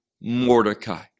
Mordecai